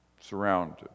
surrounded